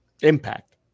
Impact